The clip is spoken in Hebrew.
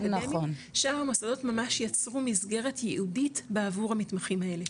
שאר המוסדות ממש יצרו מסגרת ייעודית בעבור המתמחים האלה.